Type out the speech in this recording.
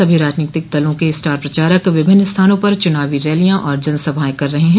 सभी राजनीतिक दलों के स्टार प्रचारक विभिन्न स्थानों पर चूनावी रैलियां और जनसभाएं कर रहे हैं